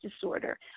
disorder